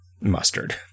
mustard